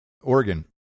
Oregon